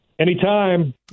Anytime